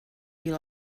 you